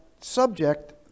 subject